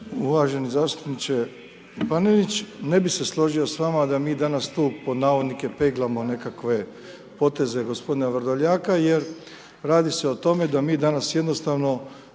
Uvaženi zastupniče Panenić, ne bi se složio s vama da mi danas tu pod navodnike peglamo nekakve poteze gospodina Vrdoljaka, jer radi se o tome da mi danas jednostavno